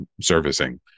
servicing